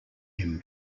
him